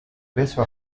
beso